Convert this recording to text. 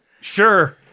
Sure